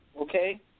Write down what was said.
Okay